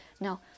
Now